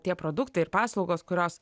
tie produktai ir paslaugos kurios